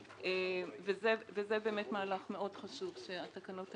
וזה באמת מהלך מאוד חשוב שהתקנות האלה עושות.